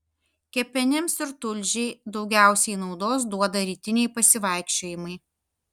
kepenims ir tulžiai daugiausiai naudos duoda rytiniai pasivaikščiojimai